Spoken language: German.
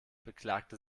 beklagte